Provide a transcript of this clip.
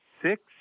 six